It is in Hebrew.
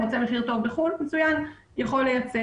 נותן מחיר טוב בחוץ לארץ והוא יכול לייצא